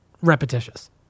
repetitious